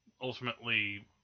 ultimately